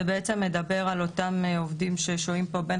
זה בעצם מדבר על אותם עובדים ששוהים פה בין